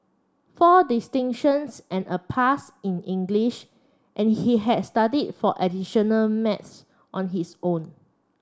four distinctions and a pass in English and he had studied for additional maths on his own